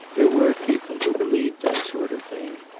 there were people who believed that sort of thing.